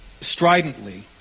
stridently